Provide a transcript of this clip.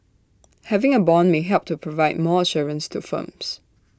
having A Bond may help to provide more assurance to firms